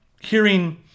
hearing